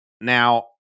now